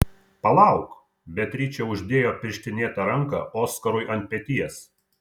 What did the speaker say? palauk beatričė uždėjo pirštinėtą ranką oskarui ant peties